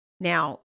Now